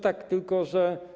Tak, tylko że.